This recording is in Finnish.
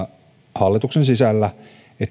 hallituksen sisällä